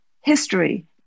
history